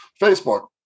Facebook